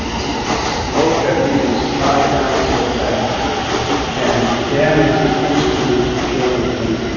is a slope that we will slide down so fast and damage the instrument of journalism,